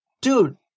dude